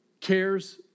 cares